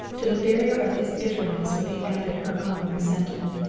to the barrier of his bitterness would be added her own resentment.